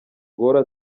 guhora